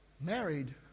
married